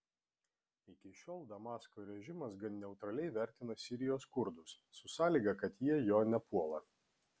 iki šiol damasko režimas gan neutraliai vertino sirijos kurdus su sąlyga kad jie jo nepuola